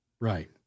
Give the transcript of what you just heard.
right